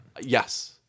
yes